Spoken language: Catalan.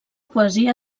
poesia